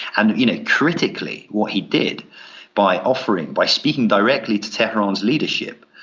and, you know, critically what he did by offering, by speaking directly to tehran's leadership,